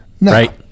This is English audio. Right